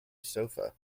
sofa